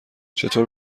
چطور